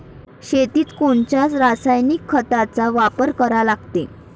शेतीत कोनच्या रासायनिक खताचा वापर करा लागते?